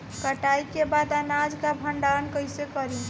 कटाई के बाद अनाज का भंडारण कईसे करीं?